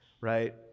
right